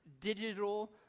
digital